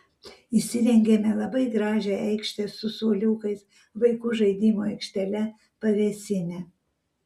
įsirengėme labai gražią aikštę su suoliukais vaikų žaidimų aikštele pavėsine